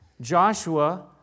Joshua